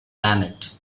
planet